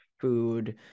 food